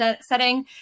setting